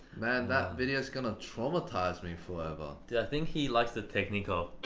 man, that videos gonna traumatize me forever. dude, i think he likes the technique of.